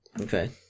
Okay